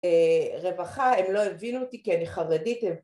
רווחה, הם לא הבינו אותי כי אני חרדית